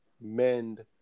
mend